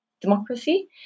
democracy